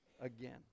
again